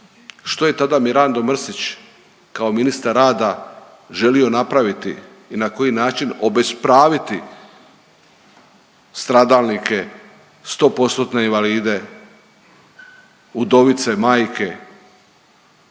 Što je tada Mirando Mrsić kao ministar rada želio napraviti i na koji način obespraviti stradalnike 100%-tne invalide, udovice, majke